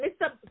Mr